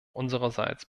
unsererseits